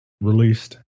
released